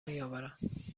میاورد